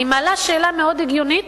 אני מעלה שאלה מאוד הגיונית